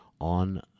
on